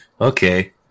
Okay